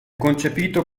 concepito